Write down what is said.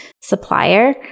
supplier